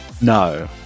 No